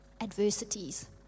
adversities